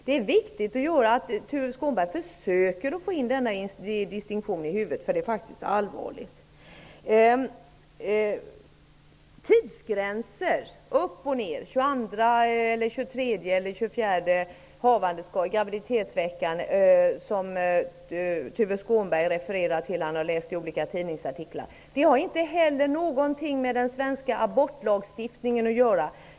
Det är viktigt att Tuve Skånberg försöker att få in denna distinktion i sitt huvud, därför att detta faktiskt är allvarligt. De tidsgränser som Tuve Skånberg refererade till som han har läst om i olika tidningsartiklar -- upp och ner, 22:a, 23:e eller 24:e graviditetsveckan -- har inte heller någonting med den svenska abortlagstiftningen att göra.